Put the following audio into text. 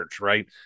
right